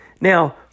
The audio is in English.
now